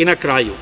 I, na kraju,